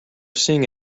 seeing